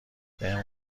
بهم